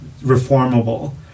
reformable